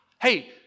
Hey